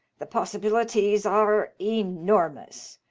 the possibilities are enormous.